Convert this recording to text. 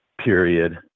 period